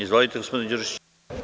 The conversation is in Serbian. Izvolite, gospodine Đurišiću.